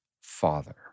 Father